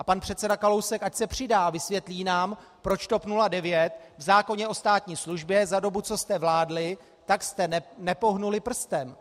A pan předseda Kalousek ať se přidá a vysvětlí nám, proč TOP 09 v zákoně o státní službě za dobu, co jste vládli, tak jste nepohnuli prstem.